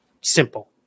Simple